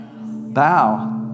Bow